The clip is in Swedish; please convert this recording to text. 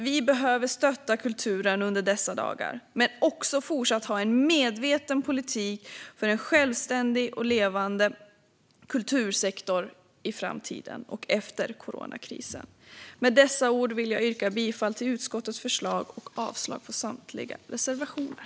Vi behöver stötta kulturen under dessa dagar men också fortsätta att ha en medveten politik för en självständig och levande kultursektor i framtiden och efter coronakrisen. Med dessa ord vill jag yrka bifall till utskottets förslag och avslag på samtliga reservationer.